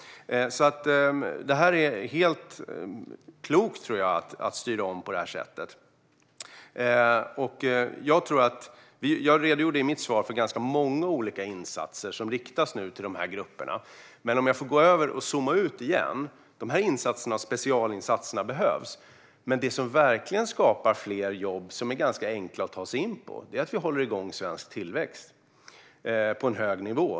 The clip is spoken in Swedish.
Det är helt klokt att styra om på det sättet. Jag redogjorde i mitt interpellationssvar för ganska många olika insatser som nu riktas till de här grupperna. Om jag får zooma ut igen: De här specialinsatserna behövs. Men det som verkligen skapar fler jobb som är ganska enkla att ta sig in i är att vi håller igång svensk tillväxt på en hög nivå.